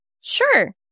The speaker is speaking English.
Sure